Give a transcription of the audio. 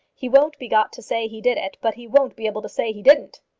he won't be got to say he did it, but he won't be able to say he didn't.